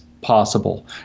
possible